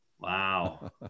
Wow